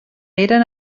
eren